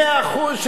מאה אחוז,